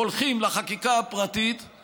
הולכים לחקיקה הפרטית היא